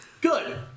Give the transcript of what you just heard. Good